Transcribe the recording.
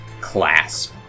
clasp